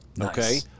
Okay